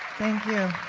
thank you.